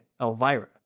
Elvira